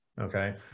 okay